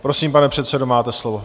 Prosím, pane předsedo, máte slovo.